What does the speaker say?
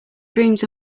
dreams